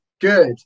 good